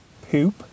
poop